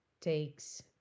takes